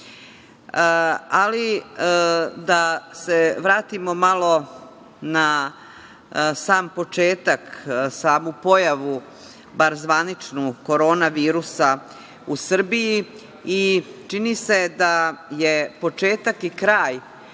dobro. Da se vratimo malo na sam početak, samu pojavu, bar zvaničnu, Koronavirusa u Srbiji. Čini se da je početak i kraj